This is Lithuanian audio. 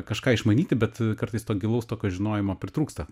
kažką išmanyti bet kartais to gilaus tokio žinojimo pritrūksta